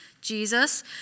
Jesus